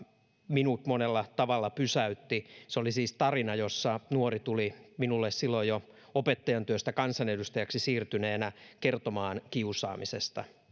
minut monella tavalla pysäytti se oli siis tarina jossa nuori tuli minulle silloin jo opettajan työstä kansanedustajaksi siirtyneenä kertomaan kiusaamisesta